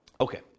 Okay